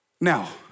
Now